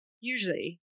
Usually